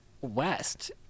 west